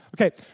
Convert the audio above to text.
Okay